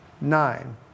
nine